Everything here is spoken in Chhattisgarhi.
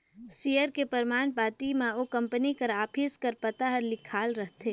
सेयर के परमान पाती म ओ कंपनी कर ऑफिस कर पता हर लिखाल रहथे